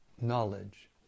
knowledge